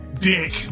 dick